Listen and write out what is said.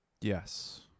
Yes